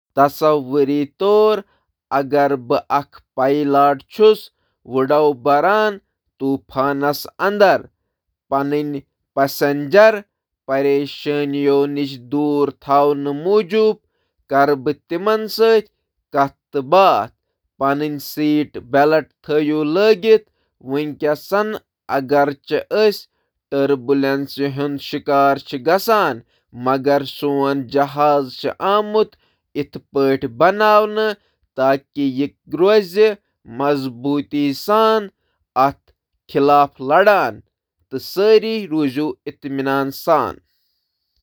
تصور کٔرِو زِ اگر بہٕ چُھس اکھ پائلٹ بہٕ چُھس ٹف کِس صورتہِ حالس منٛز ہوٲئی جہاز چلاوان۔ بہٕ کَرٕ پننِس مُسافِرس سۭتۍ کَتھ، بہٕ وَنَس تِمَن سیٹ بیلٹ لاگنہٕ خٲطرٕ۔ تہٕ پریشٲنی مَہ کٔرِو زِ سون ہوٲیی جہاز ہیکہِ آسٲنی سان حالاتن ہُنٛد مُقابلہٕ کرِتھ۔